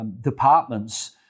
departments